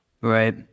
Right